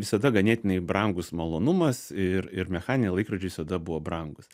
visada ganėtinai brangus malonumas ir ir mechaniniai laikrodžiai visada buvo brangūs